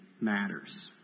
matters